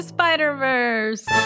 Spider-Verse